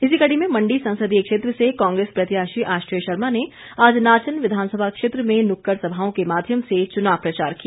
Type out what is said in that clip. इसी कड़ी में मण्डी संसदीय क्षेत्र से कांग्रेस प्रत्याशी आश्रय शर्मा ने आज नाचन विधानसभा क्षेत्र में नुक्कड़ सभाओं के माध्यम से चुनाव प्रचार किया